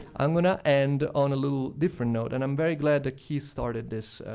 i'm gonna end on a little different note, and i'm very glad that keith started this,